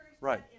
Right